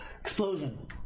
explosion